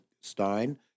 Stein